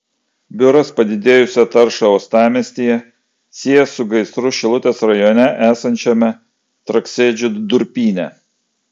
biuras padidėjusią taršą uostamiestyje sieja su gaisru šilutės rajone esančiame traksėdžių durpyne